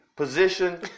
Position